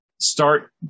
start